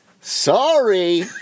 Sorry